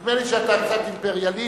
נדמה לי שאתה קצת אימפריאליסט.